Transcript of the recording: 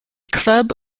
club